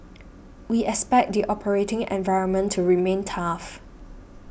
we expect the operating environment to remain tough